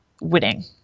winning